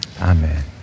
Amen